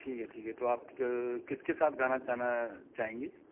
ठीक है ठीक है तो आप किसके साथ गाना गाना चाहेंगी